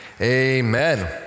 amen